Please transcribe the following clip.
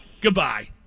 Goodbye